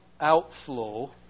outflow